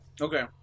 Okay